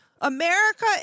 america